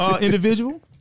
individual